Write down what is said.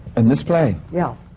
in this play? yeah.